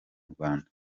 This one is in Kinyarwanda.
rwanda